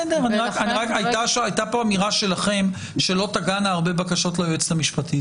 הייתה פה אמירה שלכם שלא תגענה הרבה בקשות ליועצת המשפטית,